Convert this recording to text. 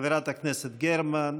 חברת הכנסת גרמן.